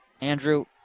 Andrew